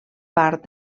part